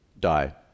die